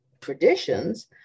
traditions